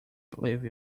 believe